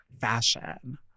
fashion